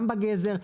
גם בגזר,